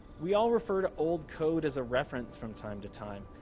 we all refer to old code as a reference from time to time.